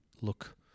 look